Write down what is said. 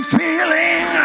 feeling